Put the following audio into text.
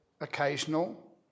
occasional